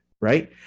right